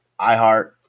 iHeart